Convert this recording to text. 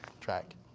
track